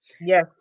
yes